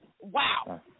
wow